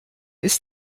ist